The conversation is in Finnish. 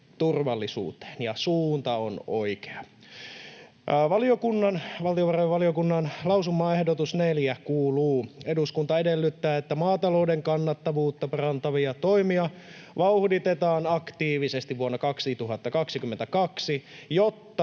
elintarviketurvallisuuteen, ja suunta on oikea. Valtiovarainvaliokunnan lausumaehdotus 4 kuuluu: ”Eduskunta edellyttää, että maatalouden kannattavuutta parantavia toimia vauhditetaan aktiivisesti vuonna 2022, jotta